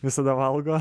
visada valgo